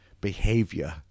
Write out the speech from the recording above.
behavior